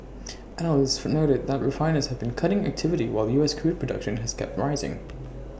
analysts for noted that refiners have been cutting activity while U S crude production has kept rising